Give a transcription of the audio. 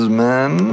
man